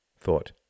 thought